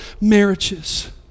marriages